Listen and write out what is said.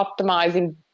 optimizing